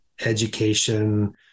education